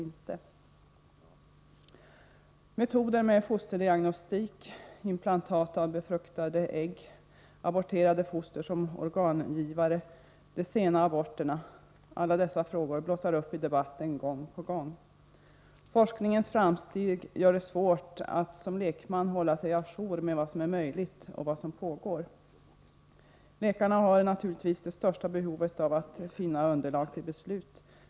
Alla frågor som handlar om metoder för fosterdiagnostik, inplantat av befruktade ägg, aborterade foster som organgivare och de sena aborterna får debatten att blossa upp gång på gång. Framstegen på forskningens område gör det svårt för en lekman att hålla sig å jour med vad som är möjligt och vad som pågår. Läkarna har naturligtvis det största behovet av att finna underlag till beslut.